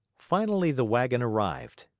finally the wagon arrived.